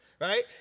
right